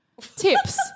Tips